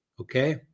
Okay